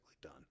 done